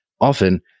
Often